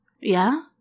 Yeah